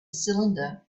cylinder